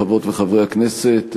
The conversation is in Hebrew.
חברות וחברי הכנסת,